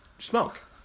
Smoke